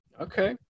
Okay